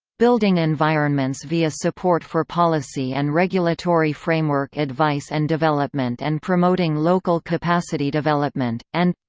building environments via support for policy and regulatory framework advice and development and promoting local capacity development and